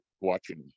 watching